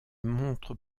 montre